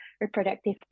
reproductive